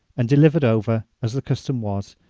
and delivered over, as the custom was,